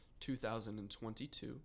2022